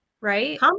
Right